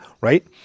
right